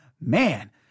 Man